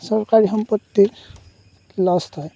চৰকাৰী সম্পত্তি লষ্ট হয়